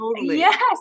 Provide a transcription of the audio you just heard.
yes